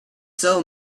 soul